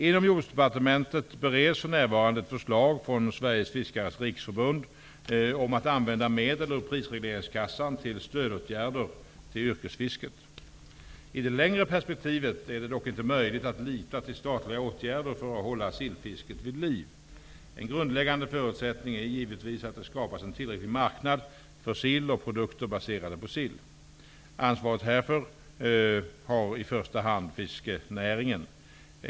Inom Jordbruksdepartementet bereds för närvarande ett förslag från Sveriges fiskares riksförbund om att använda medel ur prisregleringskassan till stödåtgärder till yrkesfisket. I det längre perspektivet är det dock inte möjligt att lita till statliga åtgärder för att hålla sillfisket vid liv. En grundläggande förutsättning är givetvis att det skapas en tillräcklig marknad för sill och produkter baserade på sill. Ansvaret härför har i första hand fiskerinäringen.